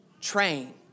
train